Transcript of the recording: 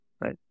right